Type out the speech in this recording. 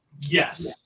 Yes